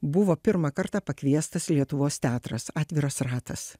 buvo pirmą kartą pakviestas lietuvos teatras atviras ratas